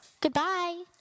Goodbye